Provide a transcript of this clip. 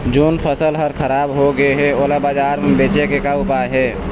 जोन फसल हर खराब हो गे हे, ओला बाजार म बेचे के का ऊपाय हे?